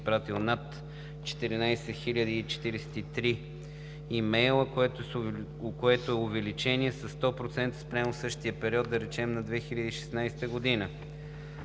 и изпратил над 14 043 имейла, което е увеличение със 100% спрямо същия период на 2016 г.